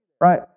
Right